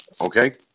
Okay